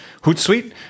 Hootsuite